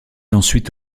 ensuite